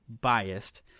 biased